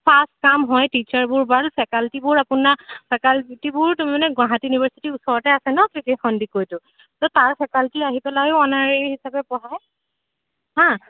fast কাম হয় টিচাৰবোৰ ভাল ফেকালেটিবোৰ আপোনাৰ ফেকালিটিবোৰ তাৰমানে গুৱাহাটী ইউনিভাৰ্চিটিৰ ওচৰতে আছে ন কে কে সন্দিকৈটো ত' তাৰ ফেকালটি আহি পেলাইও অ'নাৰি হিচাপে পঢ়ায়